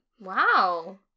Wow